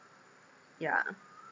yeah